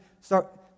start